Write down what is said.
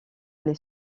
les